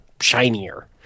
shinier